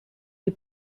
die